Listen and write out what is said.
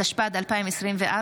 התשפ"ד 2024,